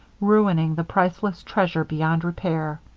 ruining the priceless treasure beyond repair.